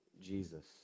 Jesus